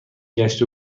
گشت